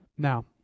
Now